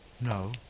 No